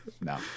no